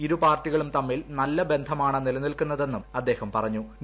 ഇരു പാർട്ടികളൂം തൃമ്മിൽ നല്ല ബന്ധമാണ് നിലനിൽക്കുന്നതെന്നും അദ്ദേഹം പറഞ്ഞു്